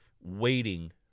waiting